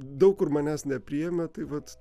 daug kur manęs nepriėmė tai vat